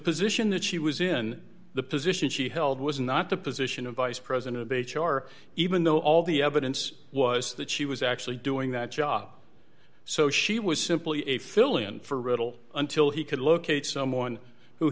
position that she was in the position she held was not the position of vice president bitch or even though all the evidence was that she was actually doing that job so she was simply a fill in for riddle until he could locate someone who